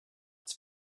its